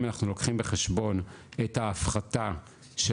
אם אנחנו לוקחים בחשבון את ההפחתה של